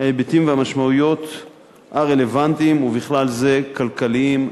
ההיבטים והמשמעויות הרלוונטיים, ובכלל זה כלכליים,